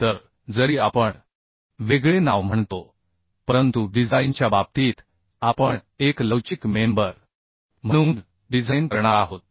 तर जरी आपण वेगळे नाव म्हणतो परंतु डिझाइनच्या बाबतीत आपण एक लवचिक मेंबर म्हणून डिझाइन करणार आहोत